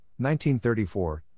1934